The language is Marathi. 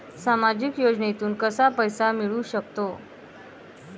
सामाजिक योजनेतून कसा पैसा मिळू सकतो?